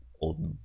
Old